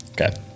Okay